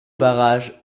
barrage